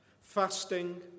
fasting